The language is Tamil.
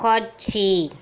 காட்சி